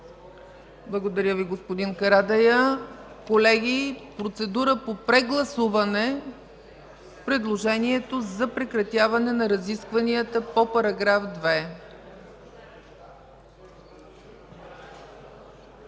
Благодаря Ви, господин Карадайъ. Колеги, процедура по прегласуване предложението за прекратяване на разискванията по § 2.